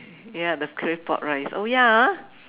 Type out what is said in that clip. ya the claypot rice oh ya ah